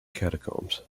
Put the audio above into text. catacombs